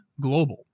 Global